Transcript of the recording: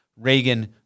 Reagan